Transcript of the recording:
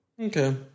Okay